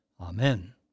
Amen